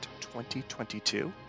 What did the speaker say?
2022